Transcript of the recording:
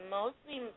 mostly